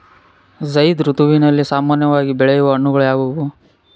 ಝೈಧ್ ಋತುವಿನಲ್ಲಿ ಸಾಮಾನ್ಯವಾಗಿ ಬೆಳೆಯುವ ಹಣ್ಣುಗಳು ಯಾವುವು?